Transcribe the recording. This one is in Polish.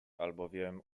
albowiem